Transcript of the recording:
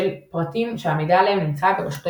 של פרטים שהמידע עליהם נמצא ברשות הארגונים.